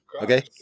Okay